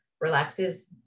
relaxes